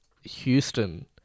Houston